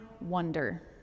wonder